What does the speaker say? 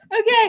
okay